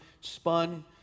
spun